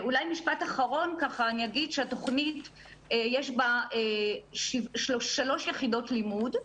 התוכנית, יש בה שלוש יחידות לימוד,